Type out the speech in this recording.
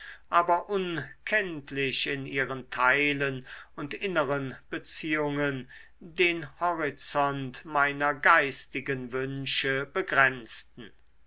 aber unkenntlich in ihren teilen und inneren beziehungen den horizont meiner geistigen wünsche begrenzten